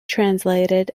translated